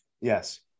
Yes